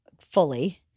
fully